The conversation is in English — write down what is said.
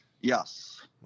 yes